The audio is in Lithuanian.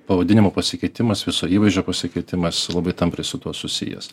pavadinimo pasikeitimas viso įvaizdžio pasikeitimas labai tampriai su tuo susijęs